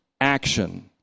action